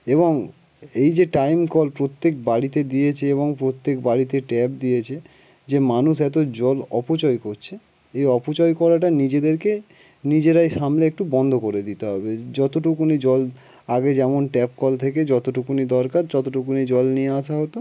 এবং এই যে টাইম কল প্রত্যেক বাড়িতে দিয়েছে এবং প্রত্যেক বাড়িতে ট্যাপ দিয়েছে যে মানুষ এত জল অপচয় করছে এই অপচয় করাটা নিজেদেরকে নিজেরাই সামলে একটু বন্ধ করে দিতে হবে যতটুকুনি জল আগে যেমন ট্যাপ কল থেকে যতটুকুনি দরকার যতটুকুনি জল নিয়ে আসা হতো